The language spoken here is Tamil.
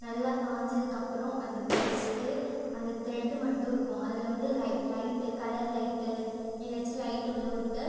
நல்லா காஞ்சதுக்கப்புறம் அதை வெடிச்சுட்டு அந்த த்ரெட்டு மட்டும் இருக்கும் அதில் வந்து லை லைட்டு கலர் லைட்டு ஏதாச்சும் லைட்டு உள்ளே விட்டு